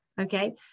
Okay